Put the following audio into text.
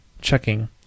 checking